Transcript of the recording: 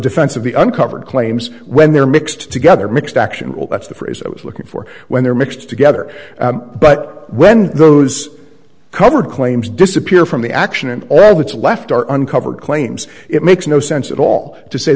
the uncovered claims when they're mixed together mixed action that's the phrase i was looking for when they're mixed together but when those covered claims disappear from the action and all that's left are uncovered claims it makes no sense at all to say